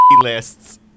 lists